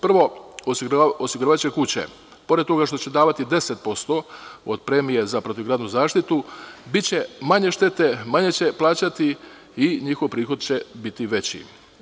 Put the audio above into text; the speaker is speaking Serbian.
Prvo, osiguravajuće kuće, pored toga što će davati 10% od premije za protivgradnu zaštitu, biće manje štete, manje će plaćati i njihov prihod će biti veći.